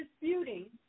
disputing